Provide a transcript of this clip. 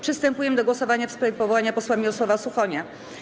Przystępujemy do głosowania w sprawie powołania posła Mirosława Suchonia.